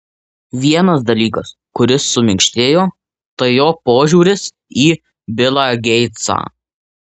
vienas dalykas kuris suminkštėjo tai jo požiūris į bilą geitsą